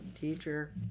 Teacher